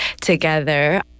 together